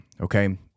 okay